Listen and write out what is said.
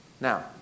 Now